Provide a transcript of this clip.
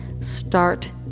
Start